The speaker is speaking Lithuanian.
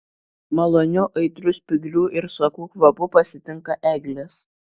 maloniu aitriu spyglių ir sakų kvapu pasitinka eglės